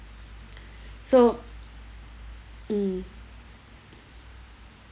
so mm